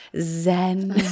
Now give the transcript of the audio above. zen